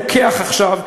רוקח עכשיו,